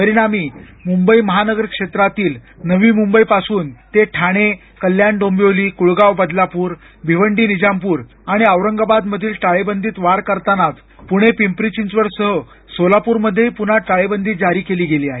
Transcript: परिणामी मुंबई महानगर क्षेत्रातील नवी मुंबई पासून ते ठाणे कल्याण डोंबिवली कुळगाव बदलापूर भिवंडी निजामपूर आणि औरंगाबाद मधील टाळेबंदीत वाढ करतानाच पुणे पिंपरीचिंचवड सह सोलापूर मध्ये पुन्हा टाळेबदी जारी केली गेली आहे